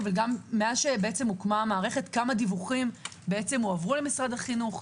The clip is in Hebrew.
אבל מאז הוקמה המערכת - כמה דיווחים הועברו למשרד החינוך,